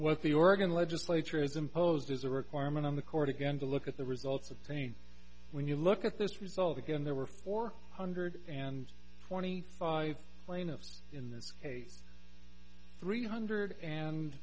what the oregon legislature is imposes a requirement on the court again to look at the results of pain when you look at this result again there were four hundred and twenty five plaintiffs in this case three hundred and